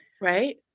Right